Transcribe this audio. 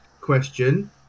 question